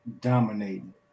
Dominating